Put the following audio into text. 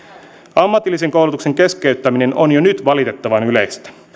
ammatillisen koulutuksen keskeyttäminen on jo nyt valitettavan yleistä